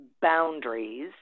boundaries